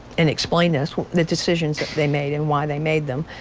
and explain us what the decisions they made and why they made them.